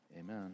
Amen